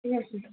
کیٚنٛہہ چھُنہٕ